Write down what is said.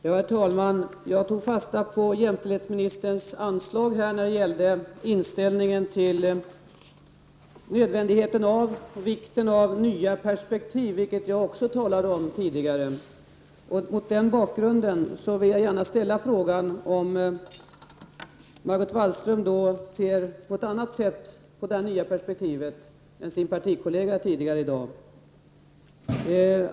Herr talman! Jag tog fasta på jämställdhetsministerns anslag när det gällde inställningen till nödvändigheten av nya perspektiv, vilket jag också talade om tidigare. Mot den bakgrunden vill jag ställa frågan om Margot Wallström ser på ett annat sätt på detta nya perspektiv än hennes partikollega tidigare i dag.